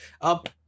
up